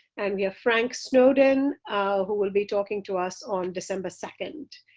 and we have frank snowden who will be talking to us on december second.